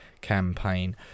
campaign